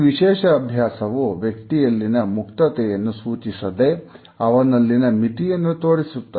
ಈ ವಿಶೇಷ ಅಭ್ಯಾಸವು ವ್ಯಕ್ತಿಯಲ್ಲಿನ ಮುಕ್ತತೆಯನ್ನು ಸೂಚಿಸದೆ ಅವನಲ್ಲಿನ ಮಿತಿಯನ್ನು ತೋರಿಸುತ್ತದೆ